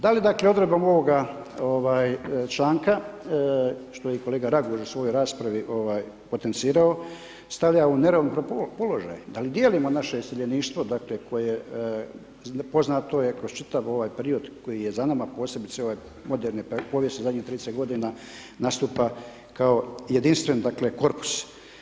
Da li dakle odredbama ovoga članka što je i kolega Raguž u svojoj raspravi potencirao, stavlja u neravnopravan položaj, da li dijelimo naše iseljeništvo, dakle, koje poznato je kroz čitav ovaj period koji je za nama, posebice ovaj moderne povijesti, zadnjih 30 godina, nastupa kao jedinstven, dakle korpus.